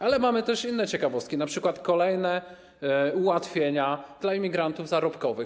Ale mamy też inne ciekawostki, np. kolejne ułatwienia dla imigrantów zarobkowych.